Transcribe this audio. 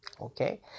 okay